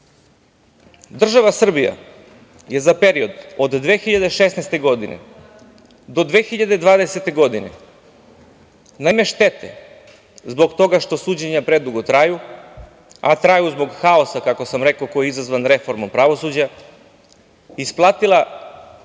država Srbija je za period od 2016. do 2020. godine na ime štete zbog toga što suđenja predugo traju, a traju zbog haosa, kako sam rekao, koji je izazvan reformom pravosuđa, isplatila